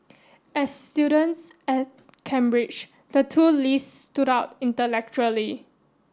as students at Cambridge the two lees stood out intellectually